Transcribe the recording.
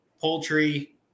poultry